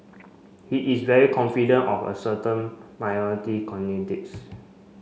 he is very confident of a certain minority